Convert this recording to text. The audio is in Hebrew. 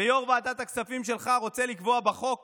ויו"ר ועדת הכספים שלך רוצה לקבוע בחוק